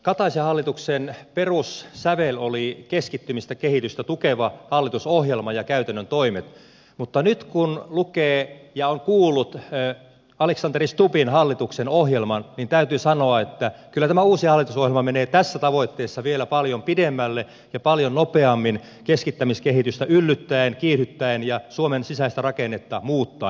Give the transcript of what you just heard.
kataisen hallituksen perussävel oli keskittymiskehitystä tukeva hallitusohjelma ja käytännön toimet mutta nyt kun lukee ja on kuullut alexander stubbin hallituksen ohjelman niin täytyy sanoa että kyllä tämä uusi hallitusohjelma menee tässä tavoitteessa vielä paljon pidemmälle ja paljon nopeammin keskittämiskehitystä yllyttäen kiihdyttäen ja suomen sisäistä rakennetta muuttaen